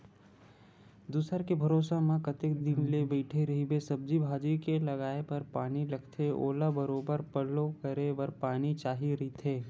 दूसर के भरोसा म कतेक दिन ले बइठे रहिबे, सब्जी भाजी के लगाये बर पानी लगथे ओला बरोबर पल्लो करे बर पानी चाही रहिथे